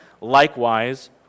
Likewise